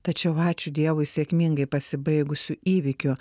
tačiau ačiū dievui sėkmingai pasibaigusių įvykių